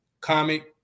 comic